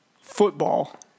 Football